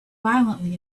violently